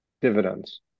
dividends